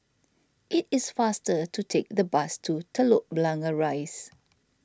it is faster to take the bus to Telok Blangah Rise